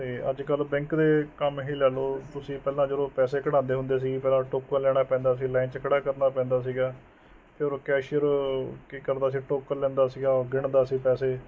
ਅਤੇ ਅੱਜ ਕੱਲ ਬੈਂਕ ਦੇ ਕੰਮ ਹੀ ਲੈ ਲਓ ਤੁਸੀਂ ਪਹਿਲਾਂ ਜਦੋਂ ਪੈਸੇ ਕਢਾਉਂਦੇ ਹੁੰਦੇ ਸੀ ਫਿਰ ਟੋਕਨ ਲੈਣਾ ਪੈਂਦਾ ਸੀ ਲਾਈਨ 'ਚ ਖੜਾ ਕਰਨਾ ਪੈਂਦਾ ਸੀਗਾ ਫਿਰ ਕੈਸ਼ੀਅਰ ਕੀ ਕਰਦਾ ਸੀ ਟੋਕਨ ਲੈਂਦਾ ਸੀਗਾ ਗਿਣਦਾ ਸੀ ਪੈਸੇ